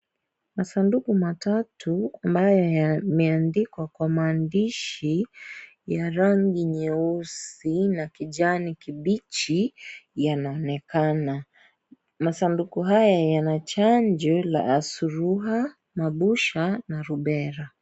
Masanduku matatu ambaye yameandikwa Kwa maandishi ya rangi nyeusi na kijani kibichi yanaonekana . Masanduku haya Yana chanjo la surua ,mapusha na rubella .